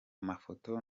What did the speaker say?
mafoto